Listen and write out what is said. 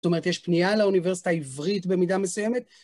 זאת אומרת, יש פנייה לאוניברסיטה העברית במידה מסויימת.